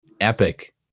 epic